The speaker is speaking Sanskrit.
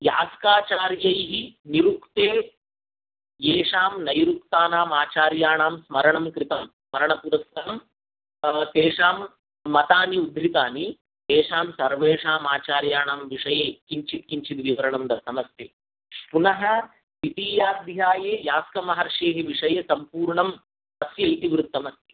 यास्काचार्यैः निरुक्ते येषां नैरुक्तानाम् आचार्याणां स्मरणं कृतं स्मरणपुरस्सरं नाम केषां मतानि उद्धृतानि तेषां सर्वेषाम् आचार्याणां विषये किञ्चित् किञ्चित् विवरणं दत्तमस्ति पुनः द्वितीयाध्याये यास्कमहर्षेः विषये सम्पूर्णं तस्य इतिवृत्तमस्ति